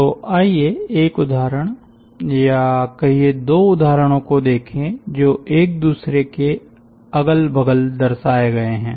तो आइए एक उदाहरण या कहिये दो उदाहरणों को देखे जो एक दूसरे के अगल बगल दर्शाये गए है